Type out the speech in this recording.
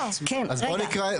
אז בואו נקרא.